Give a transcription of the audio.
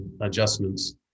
adjustments